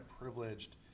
privileged